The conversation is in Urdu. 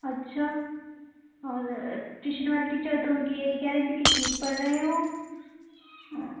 اچھا اور ٹیوشن والی ٹیچر تو اُن كی یہی كہہ رہی تھیں کہ ٹھیک پڑھ رہے ہیں وہ ہاں